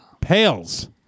Pails